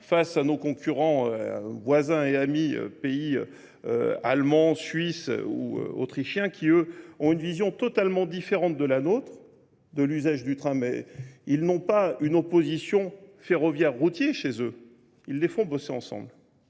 face à nos concurrents voisins et amis pays allemands, suisses ou autrichiens qui eux ont une vision totalement différente de la nôtre. de l'usage du train, mais ils n'ont pas une opposition ferroviaire routier chez eux. Ils les font bosser ensemble